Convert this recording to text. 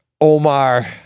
Omar